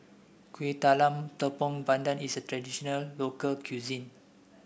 Kuih Talam Tepong Pandan is a traditional local cuisine